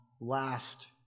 last